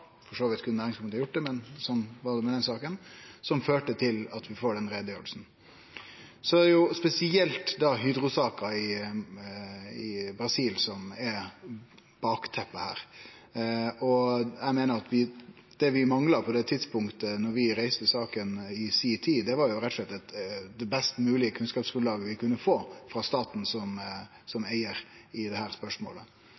for så vidt kunne næringskomiteen gjort det, men slik var det med den saka – som førte til at vi no får ei utgreiing. Det er spesielt Hydro-saka i Brasil som er bakteppet her. Eg meiner at det vi mangla på det tidspunktet da vi reiste saka, var rett og slett å få eit best mogeleg kunnskapsgrunnlag frå staten som